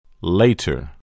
Later